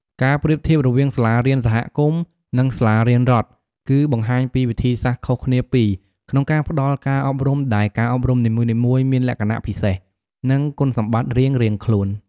ការប្រៀបធៀបរវាងសាលារៀនសហគមន៍ និងសាលារៀនរដ្ឋ គឺបង្ហាញពីវិធីសាស្ត្រខុសគ្នាពីរ ក្នុងការផ្ដល់ការអប់រំ ដែលការអប់រំនីមួយៗមានលក្ខណៈពិសេស និងគុណសម្បត្តិរៀងៗខ្លួន។